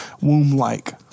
womb-like